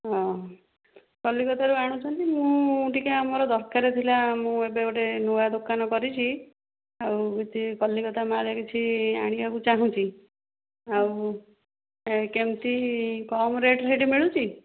ହଁ କୋଲକାତାରୁ ଆଣୁଛନ୍ତି ମୁଁ ଟିକେ ଆମର ଦରକାର ଥିଲା ମୁଁ ଏବେ ଗୋଟେ ନୂଆ ଦୋକାନ କରିଛି ଆଉ କିଛି କୋଲକାତା ମାଲ କିଛି ଆଣିବାକୁ ଚାହୁଁଛି ଆଉ କେମିତି କମ୍ ରେଟ୍ ସେଇ ରେଟ୍ ମିଳୁଛି